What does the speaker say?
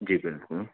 جی بالکل